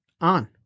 on